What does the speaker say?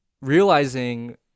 realizing